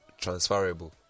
transferable